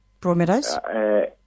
Broadmeadows